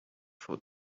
for